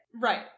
Right